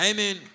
Amen